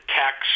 tax